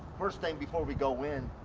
first thing before we go in.